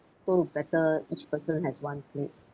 so better each person has one plate